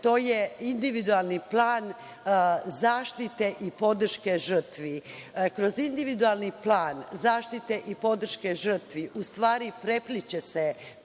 to je individualni plan zaštite i podrške žrtvi. Kroz individualni plan zaštite i podrške žrtvi, u stvari prepliće se